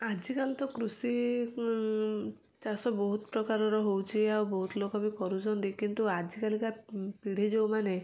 ଆଜିକାଲି ତ କୃଷି ଚାଷ ବହୁତ ପ୍ରକାରର ହେଉଛି ଆଉ ବହୁତ ଲୋକ ବି କରୁଛନ୍ତି କିନ୍ତୁ ଆଜିକାଲିକା ପିଢ଼ି ଯେଉଁ ମାନେ